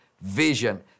vision